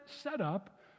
setup